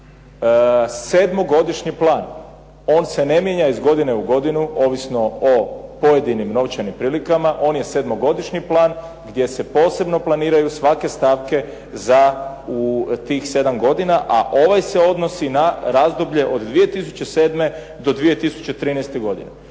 sedmogodišnji plan. On se ne mijenja iz godine u godinu ovisno o pojedinim novčanim prilikama, on je sedmogodišnji plan gdje se posebno planiraju svake stavke za tih sedam godina, a ovaj se odnosi na razdoblje od 2007. do 2013. godine.